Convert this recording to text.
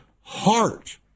heart